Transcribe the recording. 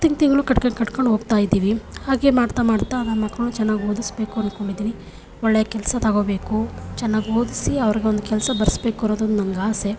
ತಿಂಗ್ಳು ತಿಂಗಳು ಕಟ್ಕೊಂಡ್ ಕಟ್ಕೊಂಡ್ ಹೋಗ್ತಾಯಿದೀವಿ ಹಾಗೆ ಮಾಡ್ತಾ ಮಾಡ್ತಾ ನನ್ನ ಮಕ್ಕಳನ್ನು ಚೆನ್ನಾಗಿ ಓದಿಸ್ಬೇಕು ಅನ್ಕೊಂಡಿದೀನಿ ಒಳ್ಳೆಯ ಕೆಲಸ ತೊಗೊಬೇಕು ಚೆನ್ನಾಗಿ ಓದಿಸಿ ಅವ್ರಿಗೊಂದ್ ಕೆಲಸ ಭರಿಸ್ಬೇಕು ಅನ್ನೋದೊಂದು ನಂಗೆ ಆಸೆ